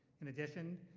in addition,